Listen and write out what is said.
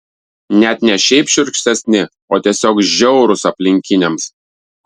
net ne šiaip šiurkštesni o tiesiog žiaurūs aplinkiniams